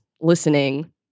listening